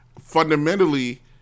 fundamentally